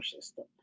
system